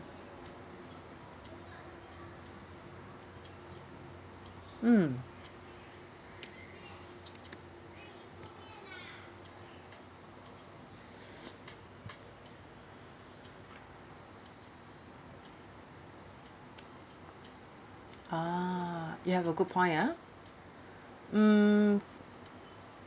mm ah you have a good point ah mm